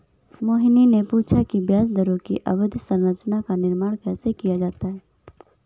मोहिनी ने पूछा कि ब्याज दरों की अवधि संरचना का निर्माण कैसे किया जाता है?